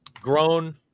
grown